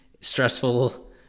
stressful